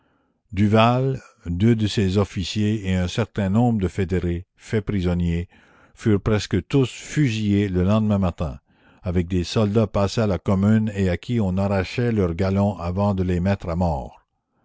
duval deux de ses officiers et un certain nombre de fédérés faits prisonniers furent presque tous fusillés le lendemain matin la commune avec des soldats passés à la commune et à qui on arrachait leurs galons avant de les mettre à mort